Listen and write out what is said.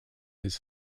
his